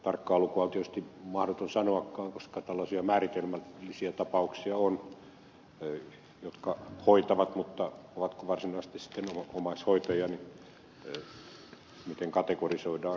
tarkkaa lukua on tietysti mahdoton sanoakaan koska tällaisia määritelmällisiä tapauksia on jotka hoitavat mutta ovatko varsinaisesti sitten omaishoitajia miten kategorisoidaan siitä on vain kysymys